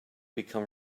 become